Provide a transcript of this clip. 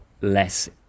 less